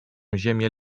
ziemię